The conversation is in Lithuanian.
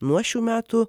nuo šių metų